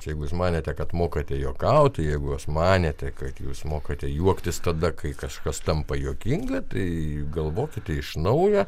jeigu jūs manėte kad mokate juokauti jeigu jūs manėte kad jūs mokate juoktis tada kai kažkas tampa juokinga tai galvokite iš naujo